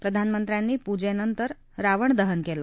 प्रधानमंत्र्यांनी पूजन्निर रावणदहन कले